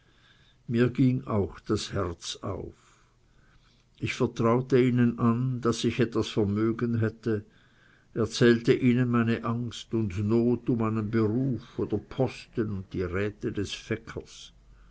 mir ging auch das herz auf ich vertraute ihnen an daß ich etwas vermögen hätte erzählte ihnen meine angst und not um einen beruf oder posten und die räte des